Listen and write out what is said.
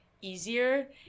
easier